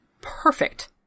perfect